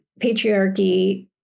patriarchy